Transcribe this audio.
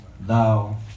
Thou